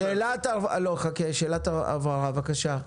בבקשה.